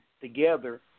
Together